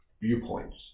viewpoints